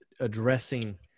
addressing